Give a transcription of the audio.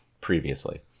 previously